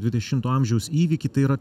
dvidešimto amžiaus įvykį tai yra